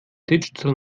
digital